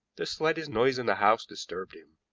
the slightest noise in the house disturbed him,